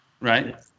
Right